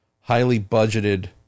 highly-budgeted